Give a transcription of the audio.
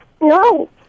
no